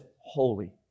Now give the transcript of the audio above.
holy